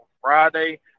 Friday